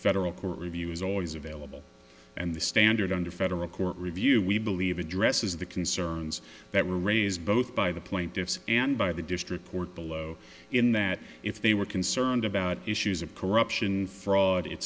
federal court review is always available and the standard under federal court review we believe addresses the concerns that were raised both by the plaintiffs and by the district court below in that if they were concerned about issues of corruption fraud